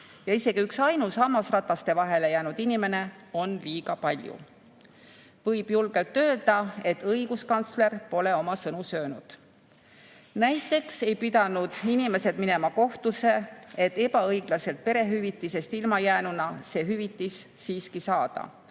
ja isegi üksainus hammasrataste vahele jäänud inimene on liiga palju."Võib julgelt öelda, et õiguskantsler pole oma sõnu söönud. Näiteks ei pidanud inimesed minema kohtusse, et ebaõiglaselt perehüvitisest ilma jäänuna see hüvitis siiski saada,